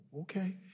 okay